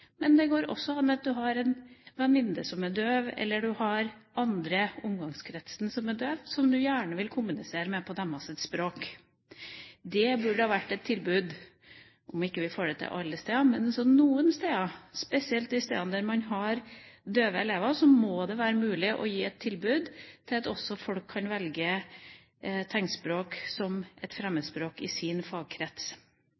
har en venninne som er døv, eller andre i omgangskretsen som er døve, som en gjerne vil kommunisere med på deres språk. Det burde det ha vært et tilbud om – om vi ikke får det til alle steder, så noen steder. Spesielt på de stedene man har døve elever, må det være mulig å gi et tilbud, slik at folk kan velge tegnspråk som et